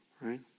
right